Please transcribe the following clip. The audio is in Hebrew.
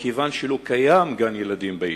מכיוון שלא קיים גן-ילדים ביישוב.